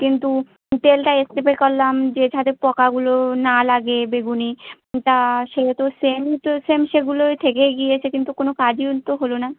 কিন্তু তেলটা স্প্রে করলাম যে যাতে পোকাগুলো না লাগে বেগুনে তা সেহেতু সেম টু সেম সেগুলোই থেকে গিয়েছে কিন্তু কোনো কাজই তো হলো না